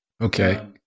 okay